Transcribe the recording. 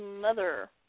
mother